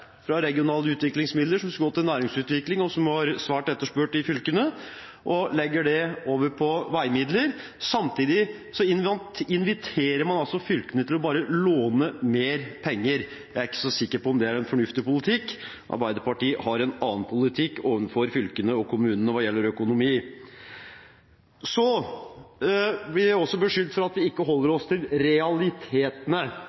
fra fylkeskommunen, fra regionale utviklingsmidler som skulle gått til næringsutvikling, og som er svært etterspurt i fylkene, og lagt det over på veimidler. Samtidig inviterer man fylkene til bare å låne mer penger. Jeg er ikke så sikker på om det er en fornuftig politikk. Arbeiderpartiet har en annen politikk overfor fylkene og kommunene hva gjelder økonomi. Vi blir også beskyldt for at vi ikke holder